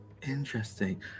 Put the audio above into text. Interesting